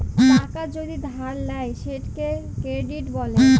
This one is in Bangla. টাকা যদি ধার লেয় সেটকে কেরডিট ব্যলে